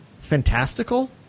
fantastical